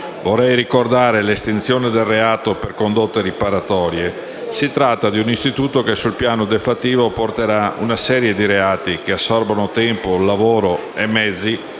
vorrei ricordare l'estinzione del reato per condotte riparatorie: si tratta di un istituto che, sul piano deflattivo, porterà una serie di reati, il cui perseguimento assorbe tempo, lavoro e mezzi,